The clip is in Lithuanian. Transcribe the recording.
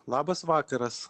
labas vakaras